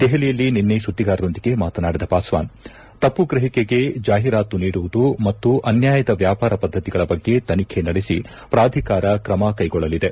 ದೆಹಲಿಯಲ್ಲಿ ನಿನ್ನೆ ಸುದ್ಗಿಗಾರರೊಂದಿಗೆ ಮಾತನಾಡಿದ ಪಾಸ್ಲಾನ್ ತಪ್ಪು ಗಹಿಕೆಗೆ ಜಾಹೀರಾತು ನೀಡುವುದು ಮತ್ತು ಅನ್ಯಾಯದ ವ್ಯಾಪಾರ ಪದ್ದತಿಗಳ ಬಗ್ಗೆ ತನಿಖೆ ನಡೆಸಿ ಪ್ರಾಧಿಕಾರ ಕ್ರಮ ಕೈಗೊಳ್ಳಲಿದೆ